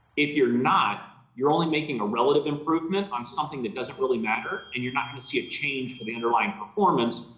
if you're not, you're only making a relative improvement on something that doesn't really matter, and you're not going to see a change to the underlying performance.